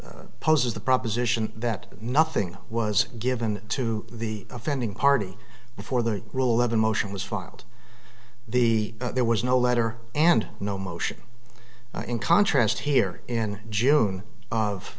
case poses the proposition that nothing was given to the offending party before the rule of a motion was filed the there was no letter and no motion in contrast here in june of